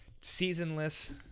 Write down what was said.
seasonless